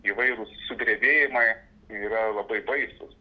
įvairūs sudrebėjimai yra labai baisūs